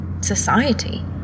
society